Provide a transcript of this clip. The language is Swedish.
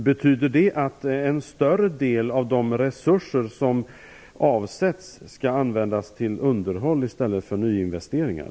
Betyder det att en större del av de resurser som avsätts skall användas till underhåll i stället för till nyinvesteringar?